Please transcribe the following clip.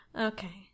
Okay